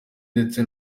ndetse